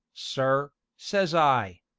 sir says i.